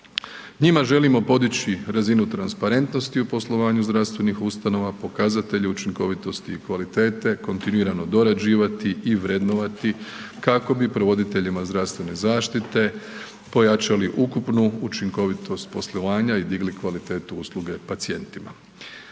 Njima želimo podići razinu transparentnosti u poslovanju zdravstvenih ustanova, pokazatelj učinkovitosti i kvalitete, kontinuirano dorađivati i vrednovati kako bi provoditeljima zdravstvene zaštite pojačali ukupnu učinkovitost poslovanja i digli kvalitetu usluge pacijentima.